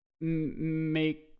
make